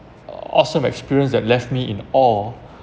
err awesome experience that left me in awe